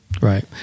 Right